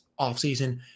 offseason